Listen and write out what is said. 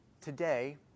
today